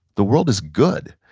the world is good,